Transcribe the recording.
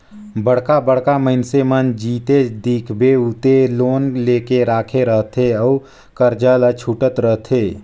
बड़का बड़का मइनसे मन जिते देखबे उते लोन लेके राखे रहथे अउ करजा ल छूटत रहथे